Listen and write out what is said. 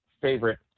favorite